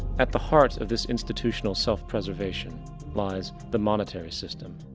at the heart of this institutional self-preservation lies the monetary system.